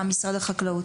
בבקשה, משרד החקלאות.